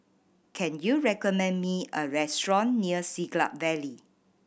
can you recommend me a restaurant near Siglap Valley